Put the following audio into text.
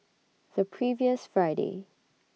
The previous Friday